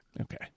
Okay